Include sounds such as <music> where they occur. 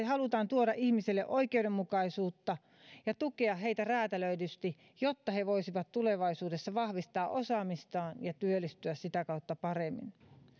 <unintelligible> halutaan tuoda ihmisille oikeudenmukaisuutta ja tukea heitä räätälöidysti jotta he voisivat tulevaisuudessa vahvistaa osaamistaan ja työllistyä sitä kautta paremmin